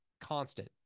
constant